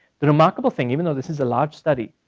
the remarkable thing even though this is a large study,